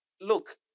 Look